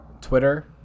Twitter